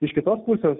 iš kitos pusės